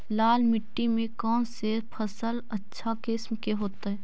लाल मिट्टी में कौन से फसल अच्छा किस्म के होतै?